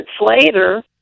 later